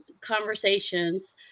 conversations